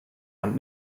hand